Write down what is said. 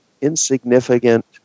insignificant